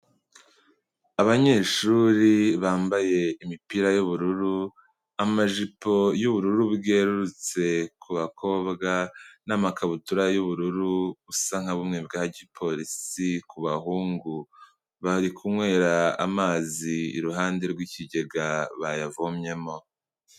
Abanyeshuri bambaye imipira y'ubururu, amajipo y'ubururu bwerurutse ku bakobwa, n'amakabutura y'ubururu busa nka bumwe bwa gipolisi ku bahungu, bari kunywera amazi iruhande rw'ikigega bayavomyemo.